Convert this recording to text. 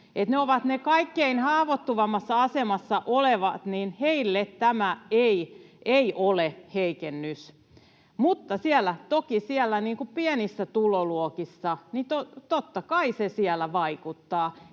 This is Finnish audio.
heille tämä ei ole heikennys. Mutta toki siellä pienissä tuloluokissa, totta kai se siellä vaikuttaa,